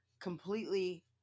completely